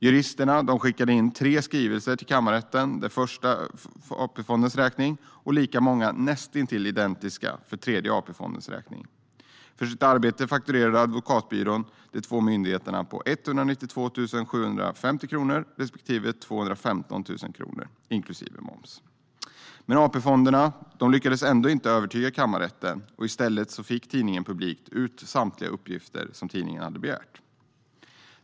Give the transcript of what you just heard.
Juristerna skickade in tre skrivelser till kammarrätten för Första AP-fondens räkning och lika många, näst intill identiska, för Tredje AP-fondens räkning. För sitt arbete fakturerade advokatbyrån de två myndigheterna på 192 750 kronor respektive 215 000 kronor inklusive moms. Men AP-fonderna lyckades ändå inte övertyga kammarrätten, och i stället fick tidningen Publikt ut samtliga uppgifter tidningen hade begärt.